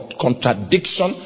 contradiction